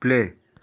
play